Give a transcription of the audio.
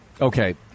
Okay